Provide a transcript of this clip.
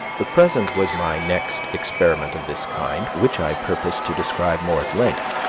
the present was my next experiment of this kind, which i purpose to describe more at length,